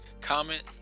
comment